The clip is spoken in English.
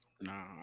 Nah